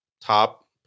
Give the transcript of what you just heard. top